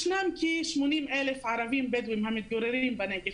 ישנם כ-80,000 ערבים בדואים המתגוררים בנגב.